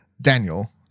Daniel